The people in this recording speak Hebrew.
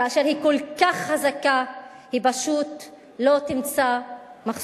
כאשר היא כל כך חזקה היא פשוט לא תמצא מחסומים.